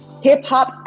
Hip-hop